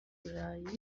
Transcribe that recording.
burayi